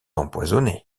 empoisonné